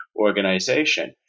organization